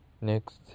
Next